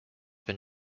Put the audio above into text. been